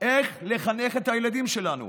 איך לחנך את הילדים שלנו